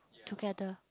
together